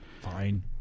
Fine